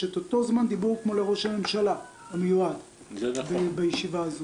יש את אותו זמן דיבור כמו לראש הממשלה המיועד בישיבה הזו.